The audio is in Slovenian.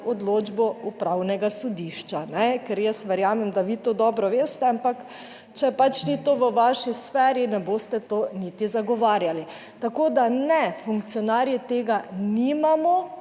odločbo upravnega sodišča, ker jaz verjamem, da vi to dobro veste, ampak, če pač ni to v vaši sferi, ne boste to niti zagovarjali. Tako da ne, funkcionarji tega nimamo